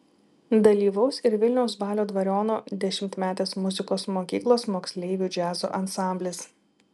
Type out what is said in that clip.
dalyvaus ir vilniaus balio dvariono dešimtmetės muzikos mokyklos moksleivių džiazo ansamblis